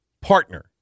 partner